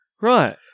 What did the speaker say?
Right